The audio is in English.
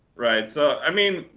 right. so i mean,